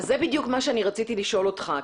זה בדיוק מה שרציתי לשאול אותך.